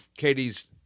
Katie's